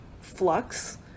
flux